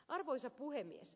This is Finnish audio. arvoisa puhemies